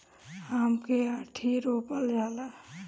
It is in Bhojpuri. आम के आंठी रोपल जाला